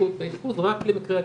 ואשפוז רק למקרי הקצה,